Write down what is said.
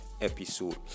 episode